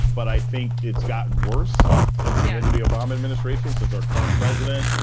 but i think it's gotten worse since the end of the the obama administration, since our current president.